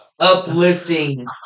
uplifting